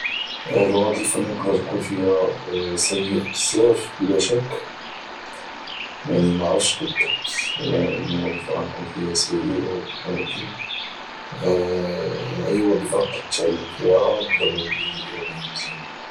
الوظيفة اللي نقدر نكون فيها سيئ بزاف بلا شك يعني معرفتش بالضبط الوظيفة اللي غنكون فيها سيئ ولكن اي وظيفة نقدر نتعلم فيها او نقدر نولي يعني مزيان